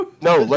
no